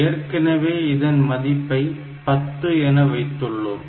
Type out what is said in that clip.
ஏற்கனவே இதன் மதிப்பை பத்து என வைத்துள்ளோம்